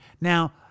Now